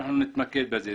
אנחנו נתמקד בזה.